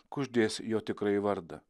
kuždės jo tikrąjį vardą